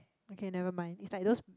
okay never mind is like those